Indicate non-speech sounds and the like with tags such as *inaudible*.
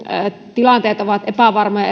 tilanteet ovat epävarmoja *unintelligible*